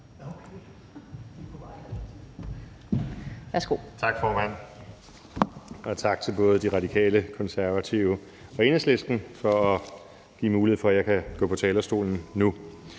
Tak, formand, og tak til både De Radikale, Konservative og Enhedslisten for at give mulighed for, at jeg kan gå på talerstolen nu.